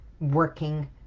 working